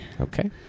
okay